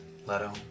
Leto